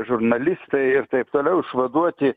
žurnalistai ir taip toliau išvaduoti